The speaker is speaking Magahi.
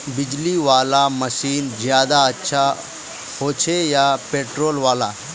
बिजली वाला मशीन ज्यादा अच्छा होचे या पेट्रोल वाला?